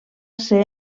ser